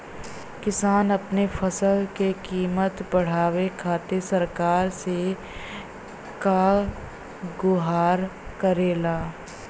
किसान अपने फसल क कीमत बढ़ावे खातिर सरकार से का गुहार करेला?